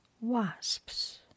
wasps